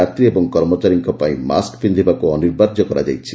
ଯାତ୍ରୀ ଓ କର୍ମଚାରୀମାନଙ୍କ ପାଇଁମାସ୍କ ପିନ୍ଧିବାକୁ ଅନିବାର୍ଯ୍ୟ କରାଯାଇଛି